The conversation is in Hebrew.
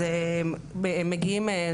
אז מגיעים,